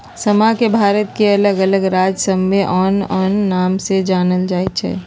समा के भारत के अल्लग अल्लग राज सभमें आन आन नाम से जानल जाइ छइ